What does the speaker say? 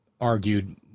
argued